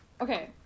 Okay